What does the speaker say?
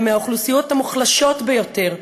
הן מהאוכלוסיות המוחלשות ביותר,